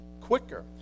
quicker